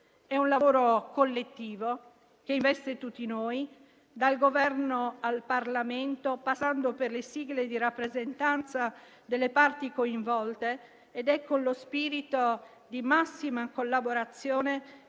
È un lavoro collettivo che investe tutti noi, dal Governo al Parlamento, passando per le sigle di rappresentanza delle parti coinvolte. È con lo spirito di massima collaborazione